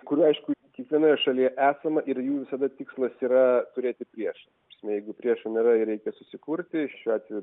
kurių aišku kiekvienoje šalyje esama ir jų visada tikslas yra turėti priešą ta prasme jeigu priešų nėra jį reikia susikurti šiuo atveju